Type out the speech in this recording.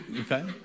okay